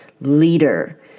leader